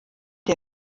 der